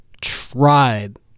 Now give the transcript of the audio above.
tried